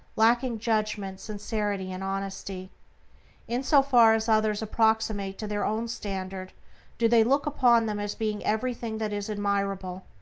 lacking judgment, sincerity, and honesty in so far as others approximate to their own standard do they look upon them as being everything that is admirable.